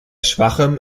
schwachem